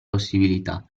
possibilità